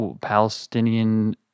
Palestinian